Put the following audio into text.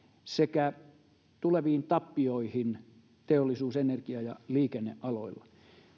sekä tuleviin tappioihin teollisuus energia ja liikennealoilla